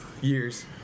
years